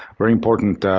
very important